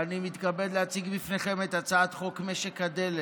אני מתכבד להציג בפניכם את הצעת חוק משק הדלק